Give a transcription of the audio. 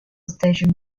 station